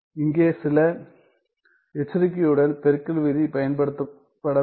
இங்கே சில எச்சரிக்கையுடன் பெருக்கல் விதி பயன்படுத்தப்பட வேண்டும்